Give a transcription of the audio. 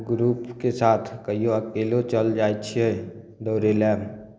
कहियो ग्रुपके साथ कहियो अकेलो चलि जाइ छियै दौड़य लए